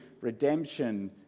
redemption